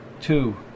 Two